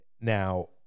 Now